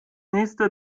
nächste